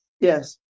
Yes